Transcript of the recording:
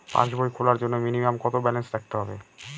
পাসবই খোলার জন্য মিনিমাম কত ব্যালেন্স রাখতে হবে?